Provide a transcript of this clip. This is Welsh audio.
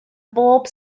bob